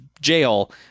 jail